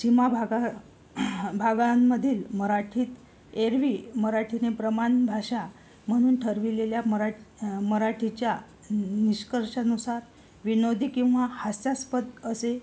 सीमा भागा भागांमधील मराठीत एरवी मराठीने प्रमाण भाषा म्हणून ठरविलेल्या मराठ मराठीच्या निष्कर्षानुसार विनोदी किंवा हास्यास्पद असे